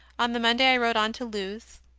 on the monday i rode on to lewes,